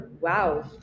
wow